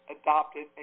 adopted